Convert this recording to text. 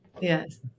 Yes